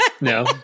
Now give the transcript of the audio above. No